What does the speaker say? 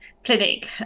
Clinic